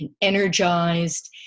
energized